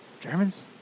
Germans